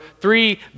three